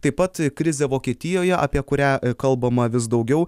taip pat krizė vokietijoje apie kurią kalbama vis daugiau